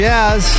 Jazz